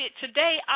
today